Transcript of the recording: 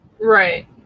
Right